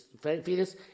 fetus